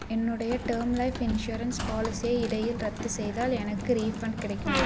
என்னுடைய term life insurance பாலிசியை இடையில் ரத்துசெய்தால் எனக்கு ரீஃபண்ட் கிடைக்குமா